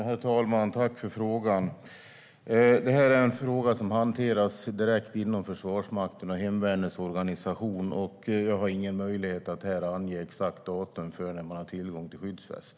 Herr talman! Tack för frågan! Detta är en fråga som hanteras direkt inom Försvarsmakten och hemvärnets organisation. Jag har ingen möjlighet att här ange exakt datum för när man har tillgång till skyddsväst.